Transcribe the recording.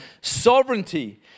Sovereignty